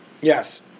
Yes